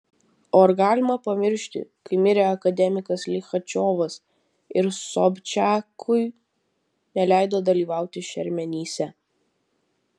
o ar galima pamiršti kai mirė akademikas lichačiovas ir sobčiakui neleido dalyvauti šermenyse